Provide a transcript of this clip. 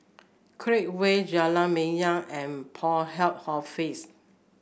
Create Way Jalan Minyak and Port Health Office